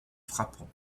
frappant